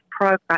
program